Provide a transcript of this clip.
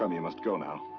um you must go now.